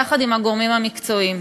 יחד עם הגורמים המקצועיים.